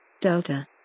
Delta